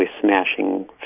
smashing